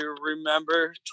remember